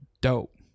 dope